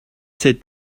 sept